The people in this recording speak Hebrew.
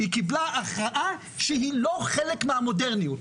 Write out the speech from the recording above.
היא קיבלה הכרעה שהיא לא חלק מהמודרניות,